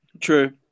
True